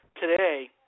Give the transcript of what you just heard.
today